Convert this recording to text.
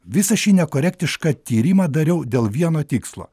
visą šį nekorektišką tyrimą dariau dėl vieno tikslo